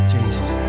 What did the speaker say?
Jesus